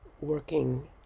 working